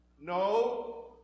No